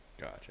gotcha